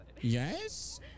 Yes